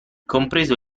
compreso